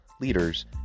leaders